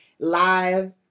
Live